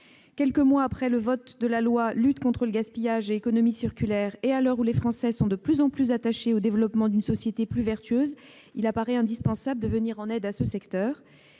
Quelques mois après le vote de la loi relative à la lutte contre le gaspillage et à l'économie circulaire, et alors que les Français sont de plus en plus attachés au développement d'une société plus vertueuse, il paraît indispensable de venir en aide à ce secteur.